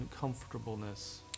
comfortableness